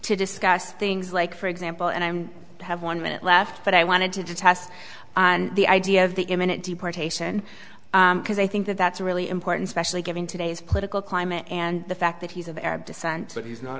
to discuss things like for example and i'm have one minute left but i wanted to test the idea of the imminent deportation because i think that that's really important especially given today's political climate and the fact that he's of arab descent that he's not